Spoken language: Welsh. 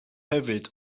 hefyd